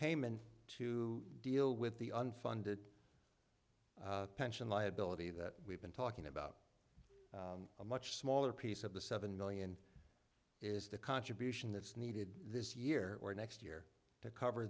payment to deal with the unfunded pension liability that we've been talking about a much smaller piece of the seven million is the contribution that's needed this year or next year to cover